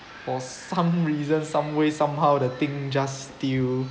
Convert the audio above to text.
for some reason some way somehow the thing just still